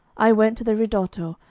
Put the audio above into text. i went to the ridotto,